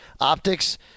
optics